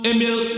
Emil